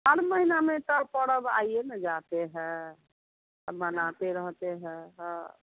हर महीना में तो पर्व आइए ना जाते है अब मनाते रहते हैं हाँ